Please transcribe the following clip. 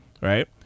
right